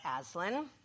Aslan